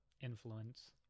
influence